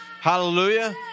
Hallelujah